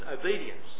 obedience